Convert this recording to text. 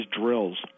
drills